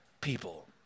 people